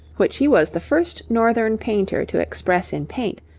which he was the first northern painter to express in paint,